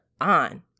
on